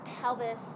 pelvis